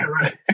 Right